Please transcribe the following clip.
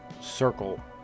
circle